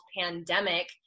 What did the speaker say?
pandemic